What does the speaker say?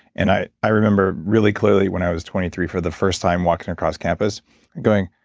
and i i remember really clearly when i was twenty three for the first time walking across campus and going,